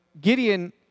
Gideon